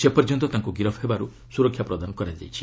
ସେ ପର୍ଯ୍ୟନ୍ତ ତାଙ୍କୁ ଗିରଫ୍ ହେବାରୁ ସୁରକ୍ଷା ପ୍ରଦାନ କରାଯାଇଛି